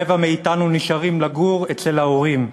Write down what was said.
רבע מאתנו נשארים לגור אצל ההורים.